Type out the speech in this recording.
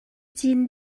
cin